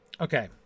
Okay